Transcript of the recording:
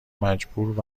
مجبور